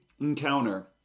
encounter